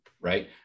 right